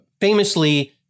famously